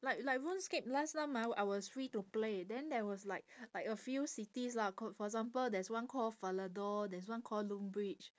like like RuneScape last time ah I was free to play then there was like like a few cities lah called for example there's one called falador there's one called lumbridge